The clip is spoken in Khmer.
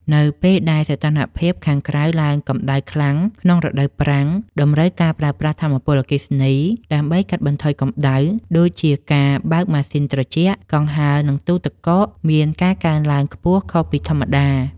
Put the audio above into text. នៅពេលដែលសីតុណ្ហភាពខាងក្រៅឡើងកម្ដៅខ្លាំងក្នុងរដូវប្រាំង តម្រូវការប្រើប្រាស់ថាមពលអគ្គិសនីដើម្បីកាត់បន្ថយកម្ដៅ ដូចជាការបើកម៉ាស៊ីនត្រជាក់ កង្ហារ និងទូទឹកកក មានការកើនឡើងខ្ពស់ខុសពីធម្មតា។